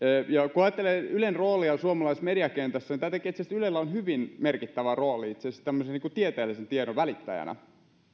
kun ajattelee ylen roolia suomalaisessa mediakentässä niin ylellä on hyvin merkittävä rooli itse asiassa tämmöisen tieteellisen tiedon välittäjänä